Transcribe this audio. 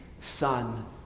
son